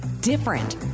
different